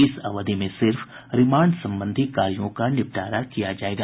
इस अवधि में सिर्फ रिमांड संबंधी कार्यों का निपटारा किया जायेगा